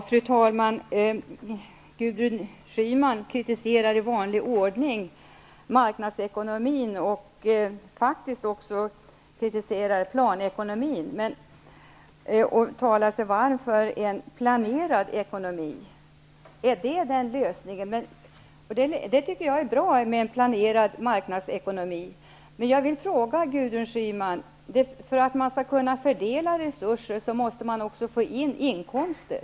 Fru talman! Gudrun Schyman kritiserar i vanlig ordning marknadsekonomin, och hon kritiserar faktiskt också planekonomin och talar sig varm för en planerad ekonomi. En planerad marknadsekonomi tycker jag är bra. Men för att man skall kunna fördela resurser, måste man också få in inkomster.